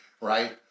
right